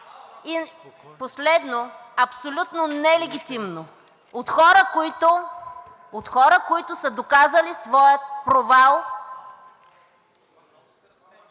И последно, абсолютно нелегитимно от хора, които са доказали своя провал.